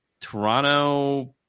Toronto